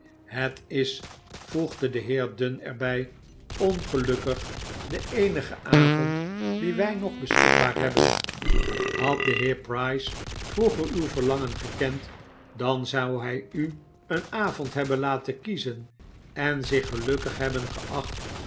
het is voegde deheer dunn er bij ongelukkig de eenige avond dien wij nog beschikbaar hebben had deheer price vroeger uw verlangen gekend dan zou hij u een avond hebben laten kiezen en zich gelukkig hebben geacht